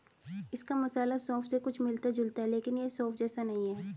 इसका मसाला सौंफ से कुछ मिलता जुलता है लेकिन यह सौंफ जैसा नहीं है